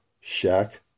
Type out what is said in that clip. shack